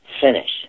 Finish